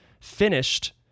finished